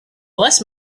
bless